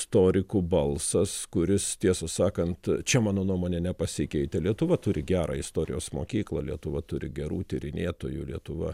istorikų balsas kuris tiesą sakant čia mano nuomonė nepasikeitė lietuva turi gerą istorijos mokyklą lietuva turi gerų tyrinėtojų lietuva